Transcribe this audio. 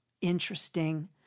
interesting